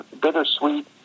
bittersweet